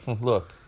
Look